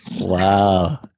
Wow